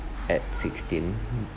at sixteen